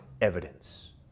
evidence